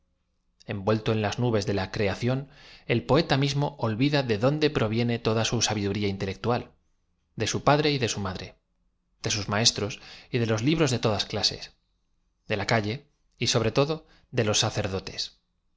vuelto en las nubes de la creación el poeta mismo o l vid a de dónde proviene toda su sabiduría intelectual de su padre y de su madre de ios maestros y de los li bros de todas clases de la calle y sobre todo de los sacerdotes